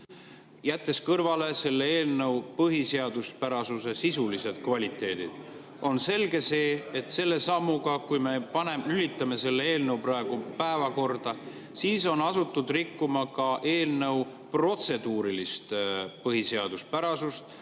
Jättes kõrvale selle eelnõu põhiseaduspärasuse sisuliselt kvaliteedilt, on selge see, et selle sammuga, kui me lülitame selle eelnõu praegu päevakorda, on asutud rikkuma eelnõu protseduurilist põhiseaduspärasust